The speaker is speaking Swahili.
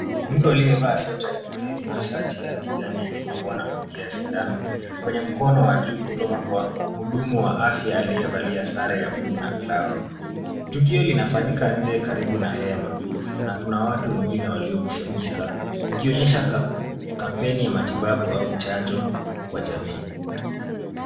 Mtu aliyevaa sweta ya kijivu na shati ya kijani yenye maua na pukia sindano, kwenye mrono wa juu kutoka kwa mhudumu wa afya aliyevalia sare ya bluu na glavu. Tukio linafanyika nje karibu na hema na kuna watu wengine waliokusanyika, ikionyesha kampeni ya matibabu au chanjo kwa jamii.